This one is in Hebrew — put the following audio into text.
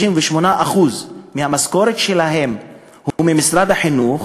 ו-68% מהמשכורת שלהם היא ממשרד החינוך,